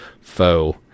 foe